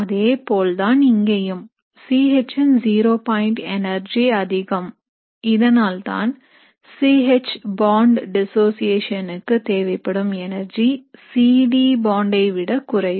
அதேபோல்தான் இங்கேயும் C H ன் zero point energy அதிகம் இதனால்தான் C H bond டிசோசியேசனுக்கு தேவைப்படும் எனர்ஜி C D bond ஐ விட குறைவு